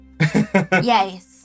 Yes